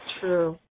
true